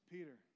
Peter